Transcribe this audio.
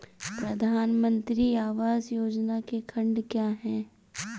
प्रधानमंत्री आवास योजना के खंड क्या हैं?